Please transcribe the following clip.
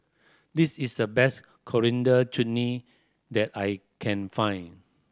this is the best Coriander Chutney that I can find